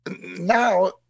now